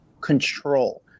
control